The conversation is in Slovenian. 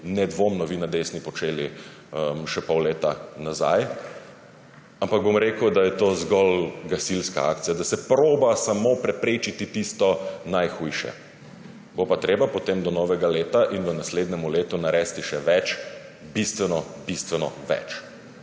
nedvomno vi na desni počeli še pol leta nazaj. Ampak bom rekel, da je to zgolj gasilska akcija, da se poskuša samo preprečiti tisto najhujše. Bo pa treba potem do novega leta in v naslednjem letu narediti še več, bistveno, bistveno več,